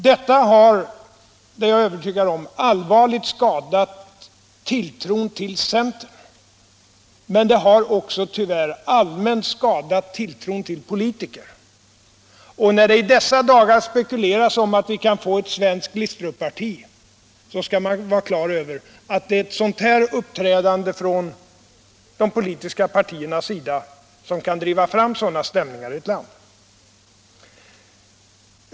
Detta har, det är jag övertygad om, allvarligt skadat tilltron till centern men också tyvärr allmänt skadat tilltron till politiker. När det i dessa dagar spekuleras om att vi kan få ett svenskt Glistrupparti skall man vara klar över, att det är ett sådant här uppträdande från de politiska partiernas sida som kan driva fram sådana stämningar i ett land.